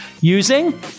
using